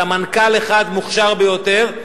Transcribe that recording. סמנכ"ל אחד מוכשר ביותר,